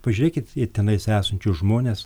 pažiūrėkit į tenais esančius žmones